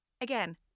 Again